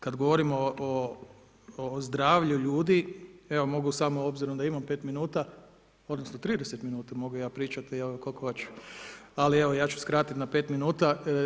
Kada govorimo o zdravlju ljudi, evo, mogu samo, obzirom da imam 5 min, odnosno, 30 min, mogu ja pričati koliko hoću, ali evo, ja ću skratiti na 5 min.